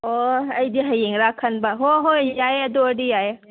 ꯑꯣ ꯑꯩꯗꯤ ꯍꯌꯦꯡꯂ ꯈꯟꯕ ꯍꯣꯏ ꯍꯣꯏ ꯌꯥꯏꯌꯦ ꯑꯗꯨ ꯑꯣꯏꯔꯗꯤ ꯌꯥꯏꯌꯦ